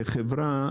כחברה,